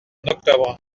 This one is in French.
octobre